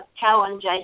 challenge